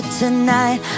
tonight